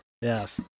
Yes